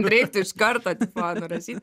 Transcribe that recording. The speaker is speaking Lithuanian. reiktų iš karto tipo nurašyt